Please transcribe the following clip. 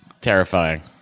terrifying